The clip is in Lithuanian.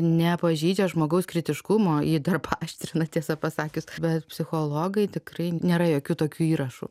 nepažeidžia žmogaus kritiškumo jį dar paaštrina tiesą pasakius bet psichologai tikrai nėra jokių tokių įrašų